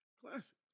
Classic